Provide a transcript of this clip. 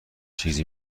چیزی